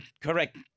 correct